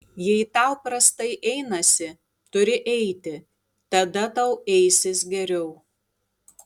jei tau prastai einasi turi eiti tada tau eisis geriau